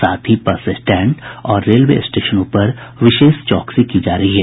साथ ही bus stand और रेलवे स्टेशनों पर विशेष चौकसी की जा रही है